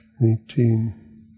Eighteen